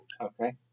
Okay